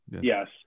Yes